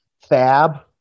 fab